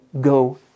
go